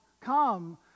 come